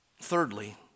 Thirdly